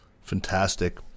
fantastic